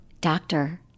doctor